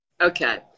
Okay